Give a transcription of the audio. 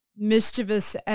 Mischievous